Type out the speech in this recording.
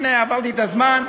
הנה, עברתי את הזמן.